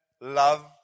love